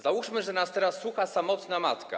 Załóżmy, że nas teraz słucha samotna matka.